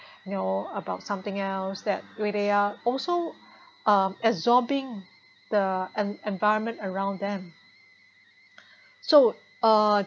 know about something else that where they are also uh absorbing the en~ environment around them so uh